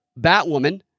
Batwoman